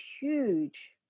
huge